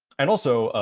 and also, ah,